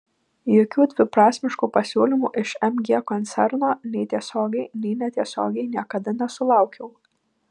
jokių dviprasmiškų pasiūlymų iš mg koncerno nei tiesiogiai nei netiesiogiai niekada nesulaukiau